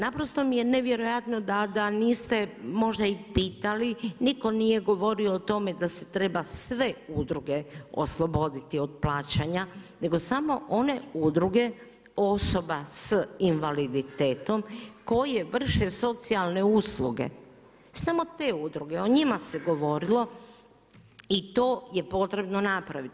Naprosto mi je nevjerojatno da niste možda i pitali, nitko nije govorio o tome da se treba sve udruge osloboditi od plaćanja nego samo one udruge osoba s invaliditetom koje vrše socijalne usluge, samo te udruge o njima se govorilo i to je potrebno napraviti.